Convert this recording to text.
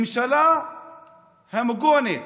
ממשלה הומוגנית,